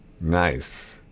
nice